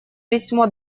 письмо